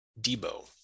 Debo